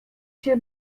się